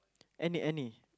any any